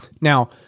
Now